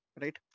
right